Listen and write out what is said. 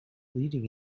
leading